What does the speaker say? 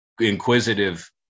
inquisitive